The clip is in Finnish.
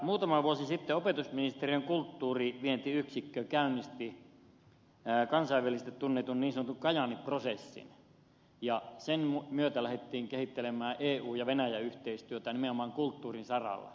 muutama vuosi sitten opetusministeriön kulttuurivientiyksikkö käynnisti kansainvälisesti tunnetun niin sanotun kajaani prosessin ja sen myötä lähdettiin kehittelemään eu ja venäjä yhteistyötä nimenomaan kulttuurin saralla